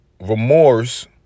remorse